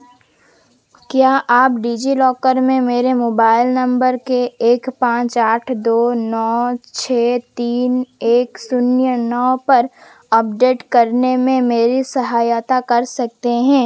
क्या आप डिजिलॉकर में मेरे मोबाइल नंबर के एक पाँच आठ दो नौ छः तीन एक शून्य नौ पर अपडेट करने में मेरी सहायता कर सकते हैं